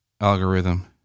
algorithm